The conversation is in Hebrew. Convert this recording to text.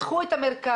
פיתחו את המרכז,